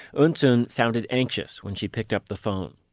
eunsoon sounded anxious when she picked up the phone.